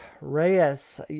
Reyes